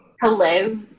Hello